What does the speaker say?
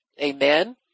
Amen